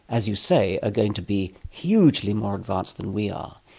as you say, are going to be hugely more advanced than we are,